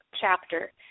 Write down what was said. chapter